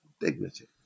dignity